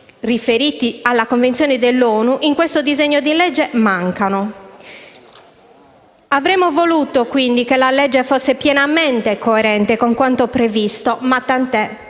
riferimenti alla Convenzione ONU in questo disegno di legge mancano. Avremmo voluto che il disegno di legge fosse pienamente coerente con quanto previsto dalla